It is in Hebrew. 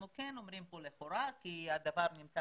אנחנו כן אומרים כאן לכאורה כי הדבר נמצא